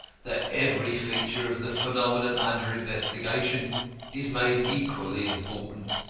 that every feature of the phenomenon under investigation is made equally important,